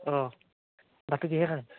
অঁ ভাতটো কিহেৰে খালি